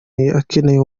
akeneye